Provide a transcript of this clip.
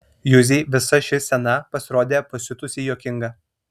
juzei visa ši scena pasirodė pasiutusiai juokinga